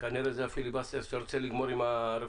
כנראה זה יהיה הפיליבסטר שאתה רוצה לגמור עם הרפורמה?